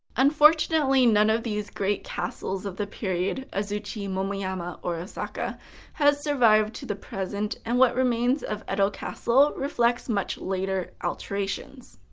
unfortunately none of the great castles of the period azuchi, momoyama, or osaka have survived to the present and what remains of edo castle reflects much later alterations.